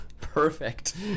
Perfect